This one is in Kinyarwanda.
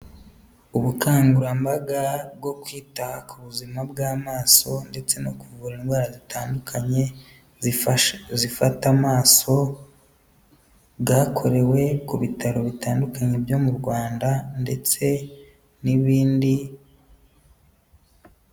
Ubukangurambaga bwo kwita ku buzima bw'amaso ndetse no kuvura indwara zitandukanye zifasha zifata amaso, bwakorewe ku bitaro bitandukanye byo mu Rwanda ndetse n'ibindi.